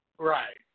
Right